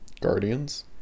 guardians